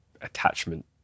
attachment